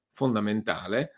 fondamentale